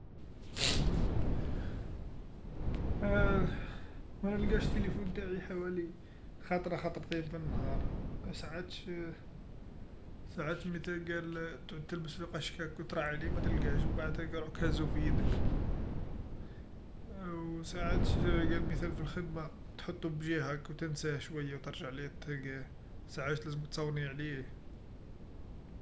ا منلقاش تيليفون تاعي حوالي خطرا خطرتين في النهار، أساعاتش ساعات من تلقى ل تعود تلبس في قشك و كترى عليه متلقاهش و مبعد تلقاه روحك هازو في يدك، و ساعات قال مثال في الخدمه تحطو بجها و تنساه شويا و ترجع ليه و تلقاه، ساعات لازم تصوني عليه.